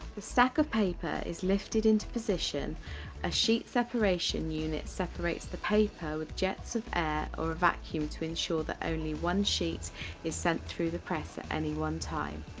the stack of paper is lifted into position a sheet-separation unit separates the paper with jets of air or a vacuum to ensure that only one sheet is sent through the press at any one time.